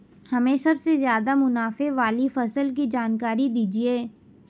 हमें सबसे ज़्यादा मुनाफे वाली फसल की जानकारी दीजिए